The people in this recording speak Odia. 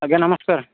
ଆଜ୍ଞା ନମସ୍କାର